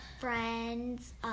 friends